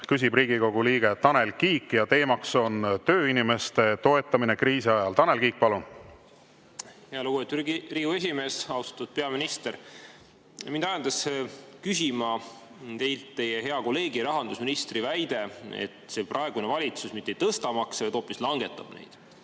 küsib Riigikogu liige Tanel Kiik ja teema on tööinimeste toetamine kriisi ajal. Tanel Kiik, palun! Lugupeetud Riigikogu esimees! Austatud peaminister! Mind ajendas küsima teilt teie hea kolleegi, rahandusministri väide, et praegune valitsus mitte ei tõsta makse, vaid hoopis langetab neid.